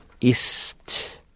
East